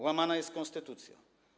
Łamana jest konstytucja.